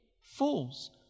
Fools